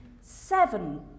seven